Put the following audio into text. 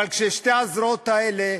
אבל כששתי הזרועות האלה,